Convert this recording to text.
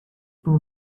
too